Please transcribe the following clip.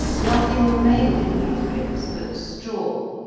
nothing remained in these ricks but straw,